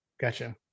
Gotcha